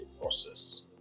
process